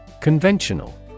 Conventional